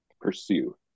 pursue